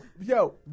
Yo